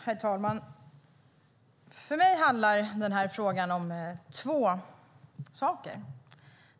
Herr talman! För mig handlar den här frågan om två saker.